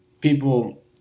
people